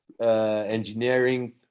engineering